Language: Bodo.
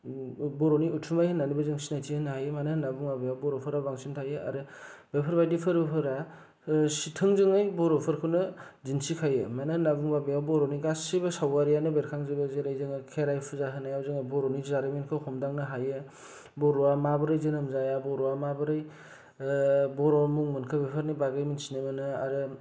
बर'नि उथुमाइ होननानैबो जों सिनाइथि होनो हायो मानो होनना बुङोब्ला बर'फोरा बेव बांसिन थायो आरो बेफोरबादि फोरबोफोरा थोंजोङै बर'फोरखौनो दिन्थिखायो मानो होनना बुङोब्ला बेव गासिबो सावगारियानो बेरखांजोबो जेरै जों खेराइ फुजा होनायाव जोङो बर'नि जारिमिनखौ हमदांनो हायो बर'वा माबोरै जोनोम जाया बर'वा माबोरै बर' मुं मोनखो बेफोरनि बादै मिथिनो मोनो आरो